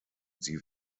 sie